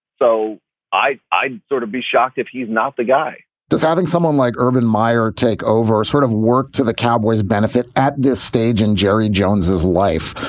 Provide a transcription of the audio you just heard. so i i'd sort of be shocked if he's not the guy does having someone like urban meyer take over or sort of work to the cowboys benefit at this stage in jerry jones's life?